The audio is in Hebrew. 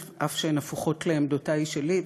אף שהן הפוכות לעמדותי שלי,